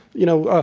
you know, ah